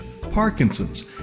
Parkinson's